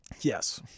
Yes